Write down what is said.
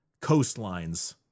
coastlines